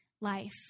life